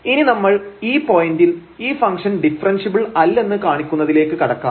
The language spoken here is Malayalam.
ഇനി നമ്മൾ ഈ പോയിന്റിൽ ഈ ഫംഗ്ഷൻഡിഫറെൻഷ്യബിൾ അല്ലെന്ന് കാണിക്കുന്നതിലേക്ക് കടക്കാം